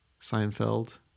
Seinfeld